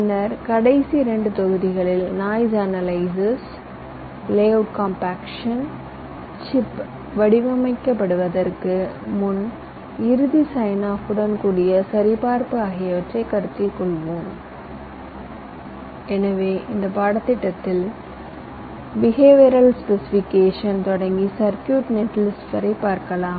பின்னர் கடைசி இரண்டு தொகுதிகளில் noise analysis layout compaction chip வடிவமைக்கப்படுவதற்கு முன் இறுதி சைன் ஆப்புடன் கூடிய சரிபார்ப்பு ஆகியவற்றைக் கருத்தில் கொள்வோம் எனவே இந்த பாடத்திட்டத்தில் பிஹேவியர்அல் ஸ்பெசிஃபிகேஷன் தொடங்கி சுற்றுகளின் நிகர பட்டியல் வரை பார்க்கலாம்